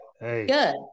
good